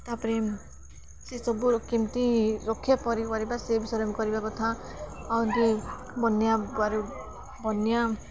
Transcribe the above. ତାପରେ ସେସବୁ କେମିତି ରକ୍ଷା କରିପାଇବା ସେ ବିଷୟରେ ମୁଁ କରିବା କଥା ଆଉ ବି ବନ୍ୟା ବନ୍ୟା